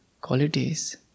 qualities